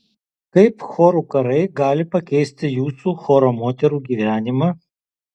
kaip chorų karai gali pakeisti jūsų choro moterų gyvenimą